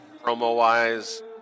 Promo-wise